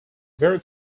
very